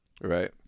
Right